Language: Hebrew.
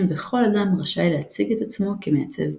וכל אדם רשאי להציג את עצמו כ"מעצב פנים".